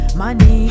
money